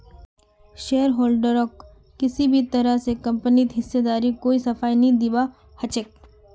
शेयरहोल्डरक किसी भी तरह स कम्पनीत हिस्सेदारीर कोई सफाई नी दीबा ह छेक